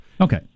Okay